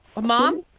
Mom